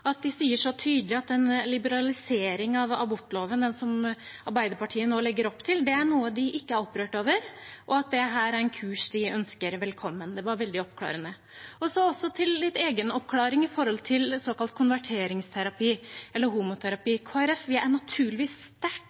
at de sier så tydelig at en liberalisering av abortloven, som Arbeiderpartiet nå legger opp til, er noe de ikke er opprørt over, og at dette er en kurs de ønsker velkommen. Det var veldig oppklarende. Så til egen oppklaring med hensyn til såkalt konverteringsterapi eller homoterapi: Kristelig Folkeparti er naturligvis sterkt